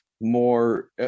more